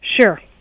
Sure